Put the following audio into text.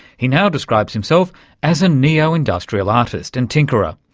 he now describes himself as a neo-industrial artist and tinkerer,